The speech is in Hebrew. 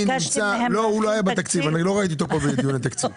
אני לא ראיתי אותו פה, בדיוני התקציב.